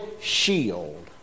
shield